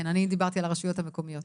כן, אני דיברתי על הרשויות המקומיות.